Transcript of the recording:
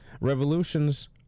Revolutions